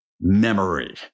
memory